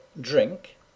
Drink